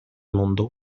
mondo